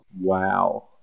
Wow